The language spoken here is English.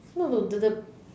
no no the the